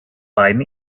beiden